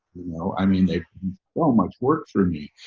no, i mean they won't much work for me.